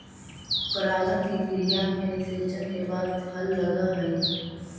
परागण की क्रिया में निषेचन के बाद फल लगअ हई